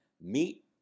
Meat